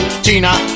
China